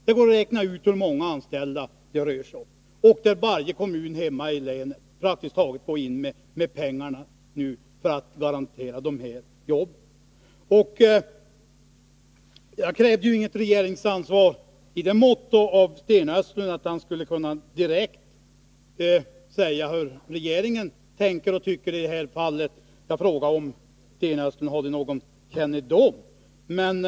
Det går att räkna ut hur många anställda det rör sig om. Praktiskt taget varje kommun hemma i länet går in med pengar för att garantera jobben. Jag krävde inget regeringsansvar i så måtto att Sten Östlund direkt skulle kunna säga hur regeringen tänker och tycker i det här fallet. Jag frågade om Sten Östlund hade någon kännedom om detta.